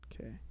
Okay